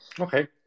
okay